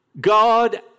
God